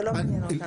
זה לא מעניין אותנו.